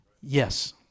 Yes